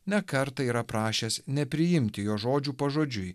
ne kartą yra prašęs nepriimti jo žodžių pažodžiui